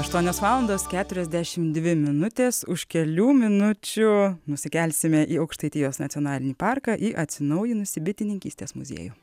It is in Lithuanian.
aštuonios valandos keturiasdešimt dvi minutės už kelių minučių nusikelsime į aukštaitijos nacionalinį parką į atsinaujinusį bitininkystės muziejų